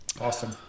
Awesome